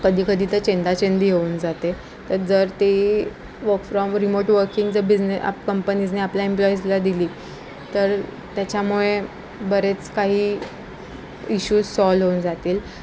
कधीकधी तर चेंदाचेंदी होऊन जाते तर जर ते वक फ्रॉम रिमोट वर्किंग ज बिझने कंपनीजने आपल्या एम्प्लॉईजला दिली तर त्याच्यामुळे बरेच काही इशूज सॉल्व होऊन जातील